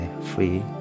free